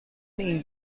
این